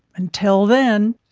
until then,